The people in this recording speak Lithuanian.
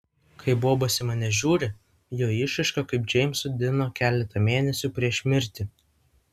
kai bobas į mane žiūri jo išraiška kaip džeimso dino keletą mėnesių prieš mirtį